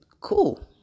Cool